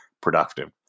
productive